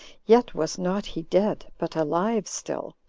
yet was not he dead, but alive still,